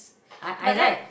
I I like